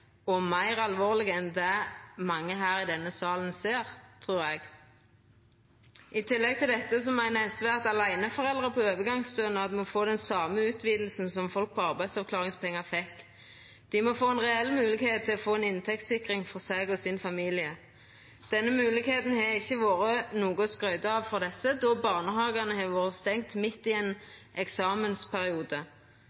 meir alvorleg enn det mange her i salen ser. I tillegg til dette meiner SV at aleineforeldre på overgangsstønad må få den same utvidinga som folk på arbeidsavklaringspengar fekk. Dei må få ei reell moglegheit til inntektssikring for seg og familien. Denne moglegheita har ikkje vore noko å skryta av for desse, då barnehagane har vore stengde midt i ein